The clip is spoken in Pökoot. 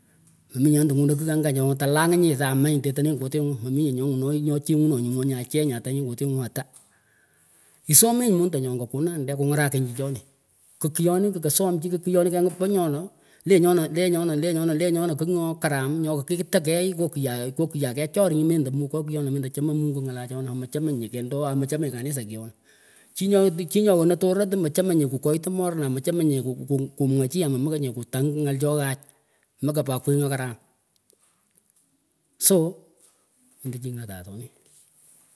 Mominyeh nyondah ngunah kigh angah ngoh talanginyih somanyih tetenah kutinyih maminyeh nyohnguhnoh nyoh chengunoy ngwuny aicheng aitunyih kutinguh atuh isomenyih mondanyoh angah konandeh kungarakinyih chichonih kihkyohnih kasom chih kih kyonih kenguh pah nyonah leh nyonah leh nyonah leh nyonah leh nyonah kigh nyoh karam nyoh kitagh kyeh ngoh kiyah kechor nyih mendah mukoh kiyonah mendah chama mungu ngaleh chonah mechamenyeh kendoah aah mechamenyeh kanisa kyonah chih nyoti chih nyonah torot mechamenyeh kukoytah morihn aa mechamenyeh ku ku kumwah chih aa mechamenyeh kutangh angal cho ghach mekahpat kwiy nyoh karam so endachi nyatah atonin.